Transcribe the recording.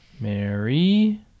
Mary